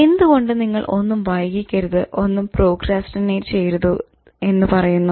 എന്തുകൊണ്ട് നിങ്ങൾ ഒന്നും വൈകിക്കരുത് ഒന്നും പ്രോക്രാസ്റ്റിനേറ്റ് ചെയ്യരുത് എന്ന് പറയുന്നു